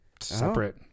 separate